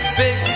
big